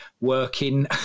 working